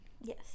Yes